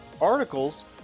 articles